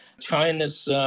China's